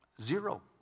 zero